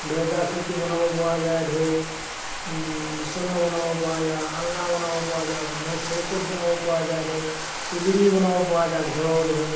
দৰ্জা বনাব পৰা যায় ধৰক বিছনা বনাব পৰা যায় আলনা বনাব পৰা যায় মানুহৰ চৌকত বনাব পৰা যায় ধৰক চিলিঙি বনাব পৰা যায় ঘৰৰ ধৰক